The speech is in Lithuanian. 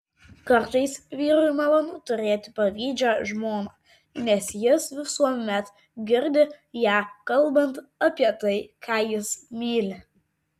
kartais vyrui malonu turėti pavydžią žmoną nes jis visuomet girdi ją kalbant apie tai ką jis myli